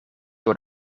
door